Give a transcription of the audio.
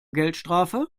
geldstrafe